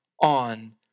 on